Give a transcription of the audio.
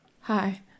Hi